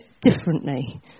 differently